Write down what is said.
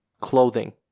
clothing